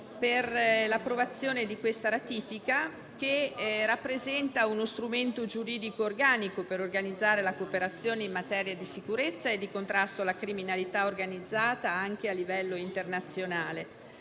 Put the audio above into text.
dell'Accordo in esame, che rappresenta uno strumento giuridico organico per organizzare la cooperazione in materia di sicurezza e contrasto alla criminalità organizzata, anche a livello internazionale.